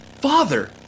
Father